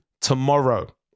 Tomorrow